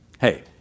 hey